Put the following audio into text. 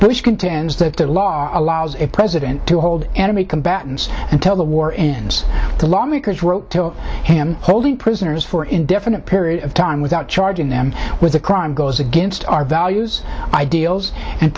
bush contends the law allows a president to hold enemy combatants until the war ends the lawmakers wrote him holding prisoners for indefinite period of time without charging them with a crime goes against our values ideals and